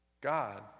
God